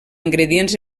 ingredients